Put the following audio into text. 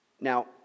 Now